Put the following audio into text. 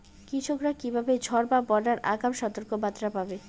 কৃষকেরা কীভাবে ঝড় বা বন্যার আগাম সতর্ক বার্তা পাবে?